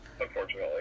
unfortunately